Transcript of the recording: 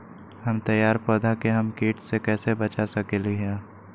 हमर तैयार पौधा के हम किट से कैसे बचा सकलि ह?